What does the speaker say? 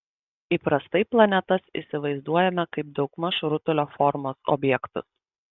įprastai planetas įsivaizduojame kaip daugmaž rutulio formos objektus